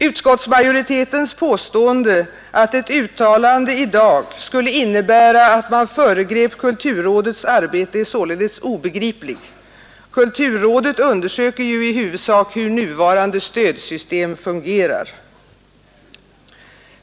Utskottsmajoritetens påstående att ett uttalande i dag skulle innebära att man föregrep kulturrådets arbete är således obegripligt — kulturrådet undersöker ju i huvudsak hur nuvarande stödsystem fungerar.